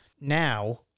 Now